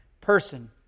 person